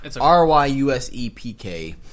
R-Y-U-S-E-P-K